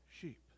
sheep